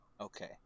Okay